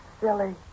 silly